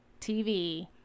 TV